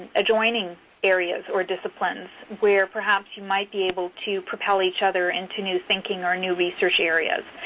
adjoining areas or disciplines where perhaps you might be able to propel each other into new thinking or new research areas.